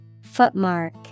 Footmark